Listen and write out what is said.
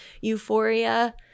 Euphoria